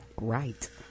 right